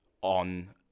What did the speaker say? on